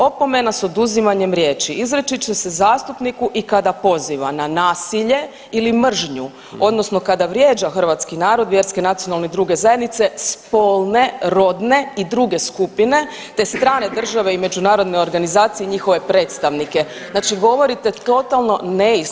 Opomena s oduzimanjem riječi izreći će se zastupniku i kada poziva na nasilje ili mržnju odnosno kada vrijeđa hrvatski narod, vjerske, nacionalne i druge zajednice, spolne, rodne i druge skupine te strane države i međunarodne organizacije i njihove predstavnike.“ Znači govorite totalno neistinu.